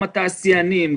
גם התעשיינים,